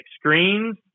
screens